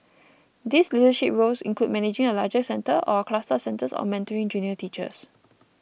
these leadership roles include managing a larger centre or a cluster of centres or mentoring junior teachers